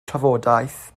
trafodaeth